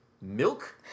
Milk